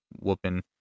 whooping